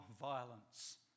violence